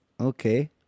Okay